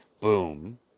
Boom